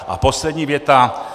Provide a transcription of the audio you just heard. A poslední věta.